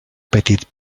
petit